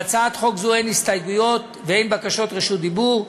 להצעת חוק זו אין הסתייגויות ואין בקשות רשות דיבור.